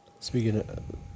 Speaking